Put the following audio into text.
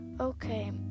okay